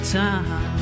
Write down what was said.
time